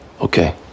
okay